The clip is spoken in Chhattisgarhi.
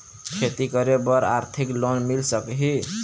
खेती करे बर आरथिक लोन मिल सकही?